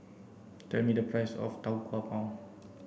tell me the price of Tau Kwa Pau